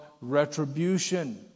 retribution